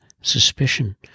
suspicion